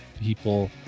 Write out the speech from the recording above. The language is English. people